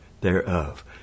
thereof